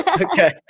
Okay